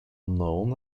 known